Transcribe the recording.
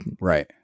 Right